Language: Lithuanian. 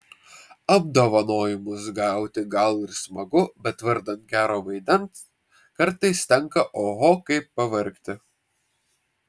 apdovanojimus gauti gal ir smagu bet vardan gero vaidmens kartais tenka oho kaip pavargti